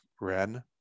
ren